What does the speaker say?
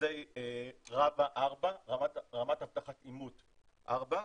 מבוססי ראב"א 4, רמת אבטחת אימות 4,